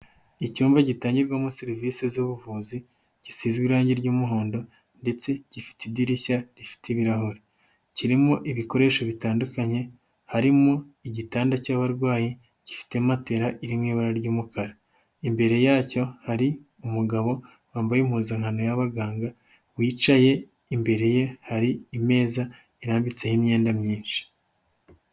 Icyumba gitangirwamo serivisi z'ubuvuzi gisize irangi ry'umuhondo ndetse gifite idirishya rifite ibirahure, kirimo ibikoresho bitandukanye harimo igitanda cy'abarwayi gifite matera iri mu ibara ry'umukara, imbere yacyo hari umugabo wambaye impuzankano y'abaganga wicaye, imbere ye hari imeza irambitseho imyenda myinshi.